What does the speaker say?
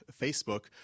Facebook